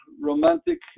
romantic